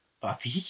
Puppy